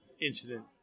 incident